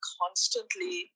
constantly